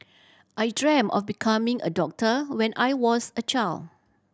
I dream of becoming a doctor when I was a child